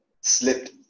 slipped